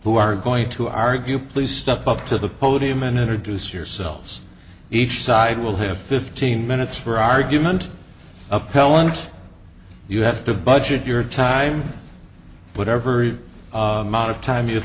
who are going to argue please step up to the podium and introduce yourselves each side will have fifteen minutes for argument appellants you have to budget your time put every mount of time you'd